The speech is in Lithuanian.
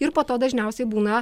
ir po to dažniausiai būna